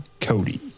Cody